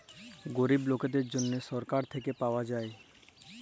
গরিব লকদের জ্যনহে ছরকার থ্যাইকে পাউয়া যায়